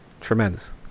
tremendous